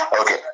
Okay